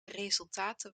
resultaten